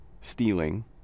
stealing